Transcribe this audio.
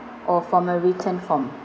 or from a written form